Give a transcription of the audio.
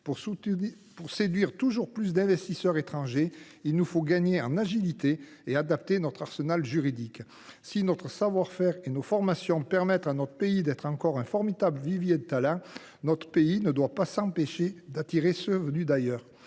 Pour séduire toujours plus d’investisseurs étrangers, il nous faut gagner en agilité et adapter notre arsenal juridique. Si notre savoir faire et nos formations permettent à notre pays d’être encore un formidable vivier de talents, nous ne devons pas nous empêcher d’attirer ceux qui sont venus d’ailleurs,